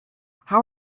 how